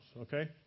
Okay